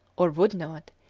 or would not,